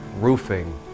roofing